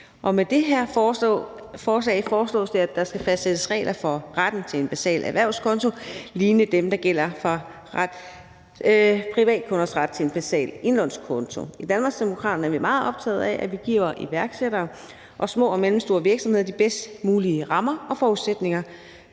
Med det her forslag foreslås det, at der skal fastsættes regler for retten til en basal erhvervskonto lignende dem, der gælder for privatkunders ret til en basal indlånskonto. I Danmarksdemokraterne er vi meget optaget af, at vi giver iværksættere og små og mellemstore virksomheder de bedst mulige rammer og forudsætninger